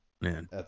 Man